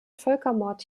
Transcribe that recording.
völkermord